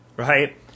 Right